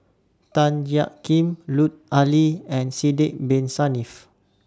Tan Jiak Kim Lut Ali and Sidek Bin Saniff